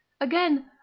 Again